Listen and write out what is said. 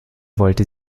wollte